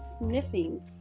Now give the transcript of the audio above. sniffing